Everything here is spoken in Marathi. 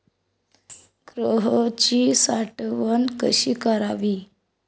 गहूची साठवण कशी करावी?